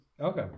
Okay